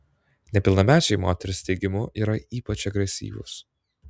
nepilnamečiai moters teigimu yra ypač agresyvūs